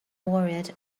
worried